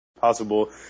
possible